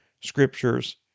scriptures